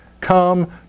come